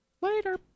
Later